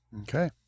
Okay